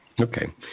Okay